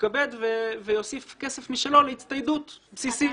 שיתכבד ויוסיף כסף משלו להצטיידות בסיסית.